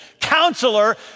Counselor